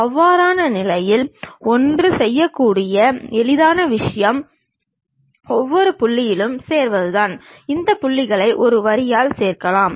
அவ்வாறான நிலையில் ஒன்று செய்யக்கூடிய எளிதான விஷயம் ஒவ்வொரு புள்ளியிலும் சேருவதுதான் இந்த புள்ளிகளை ஒரு வரியால் சேர்க்கலாம்